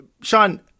Sean